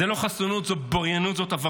זו לא חסינות, זו בריונות, זו עבריינות.